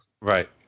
Right